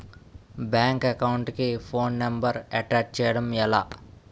Bank account కి phone number attach చేయడం ఎలా?